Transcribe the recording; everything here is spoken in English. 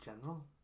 general